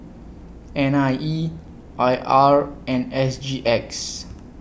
N I E I R and S G X